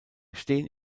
stehen